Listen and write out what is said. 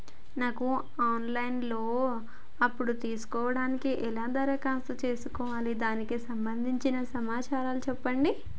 నాకు online లో అప్పు తీసుకోవడానికి ఎలా దరఖాస్తు చేసుకోవాలి దానికి సంబంధించిన సమాచారం చెప్పండి?